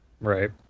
Right